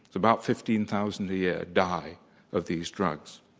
about fifteen thousand a year die of these drugs.